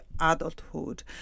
adulthood